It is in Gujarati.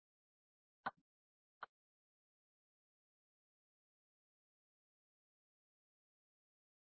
તેથી અગાઉની સ્લાઇડમાં ચર્ચા કર્યા મુજબ ઈલેકટેર નો એક ફાયદો એ છે કે આપણે માપદંડ વચ્ચે વળતર ટાળી શકીએ છીએ